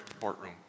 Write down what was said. courtroom